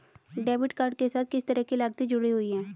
Debit card के साथ किस तरह की लागतें जुड़ी हुई हैं?